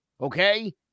Okay